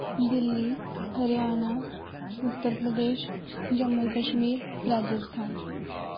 Delhi Haryana Uttar Pradesh Jammu Kashmir Rajasthan